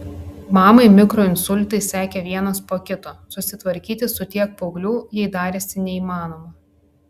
mamai mikroinsultai sekė vienas po kito susitvarkyti su tiek paauglių jai darėsi neįmanoma